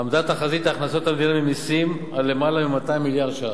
עמדה תחזית הכנסות המדינה ממסים על יותר מ-200 מיליארד ש"ח.